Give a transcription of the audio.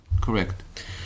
correct